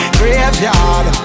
graveyard